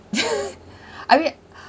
okay